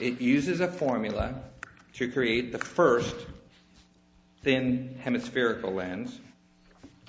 it uses a formula to create the first then hemispherical lands